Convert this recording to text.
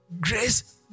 grace